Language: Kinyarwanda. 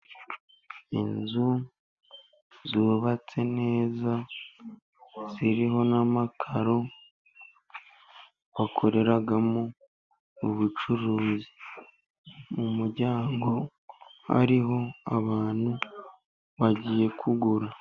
Inzu zubatse neza, ziriho n'amakaro, bakoreramo ubucuruzi, mu muryango hariho abantu bagiye kugura.